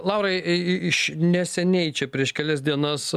laurai i iš neseniai čia prieš kelias dienas